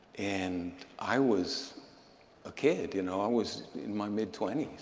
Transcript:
and i was a kid, you know. i was in my mid twenty